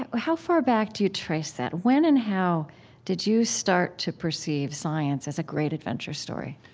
how far back do you trace that? when and how did you start to perceive science as a great adventure story?